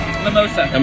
Mimosa